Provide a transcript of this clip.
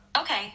Okay